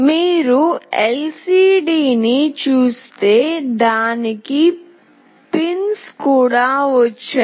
మీరు LCD ని చూస్తే దానికి ఈ పిన్స్ వచ్చాయి